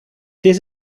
this